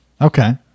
Okay